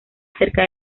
cerca